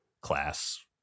class